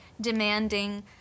demanding